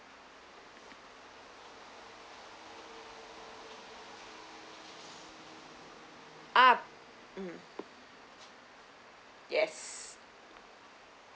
uh um yes